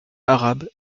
arabe